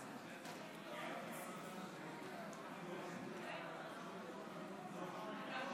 תוצאות